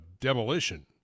demolition